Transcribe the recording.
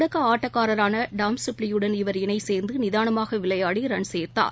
தொடக்க ஆட்டக்காரரான டாம் சிப்லியுடன் இவர் இணை சேர்ந்து நிதானமாக விளையாடி ரன் சேர்த்தனர்